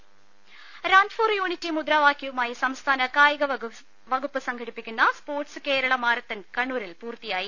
there run for unity മുദ്രാവാക്യവുമായി സംസ്ഥാന കായിക വകുപ്പ് സംഘടിപ്പിക്കുന്ന സ്പോട്സ് കേരള മാരത്തൺ കണ്ണൂരിൽ പൂർത്തിയായി